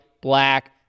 black